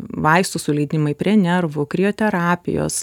vaistų suleidimai prie nervų krioterapijos